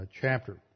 chapter